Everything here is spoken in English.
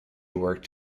worked